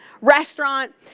restaurant